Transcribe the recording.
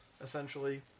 essentially